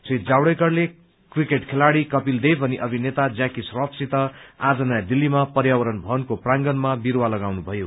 श्री जावडेकरले क्रिकेट खेलाडी कपिल देव अनि अभिनेता ज्याकी श्रफसित आज नयाँ दिल्लीमा पर्यावरण भवनको प्रांगणमा विरूवा लगाउनुभयो